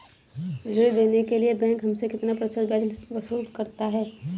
ऋण देने के लिए बैंक हमसे कितना प्रतिशत ब्याज वसूल करता है?